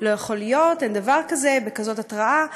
לא יכול להיות, אין דבר כזה, בהתראה כזאת,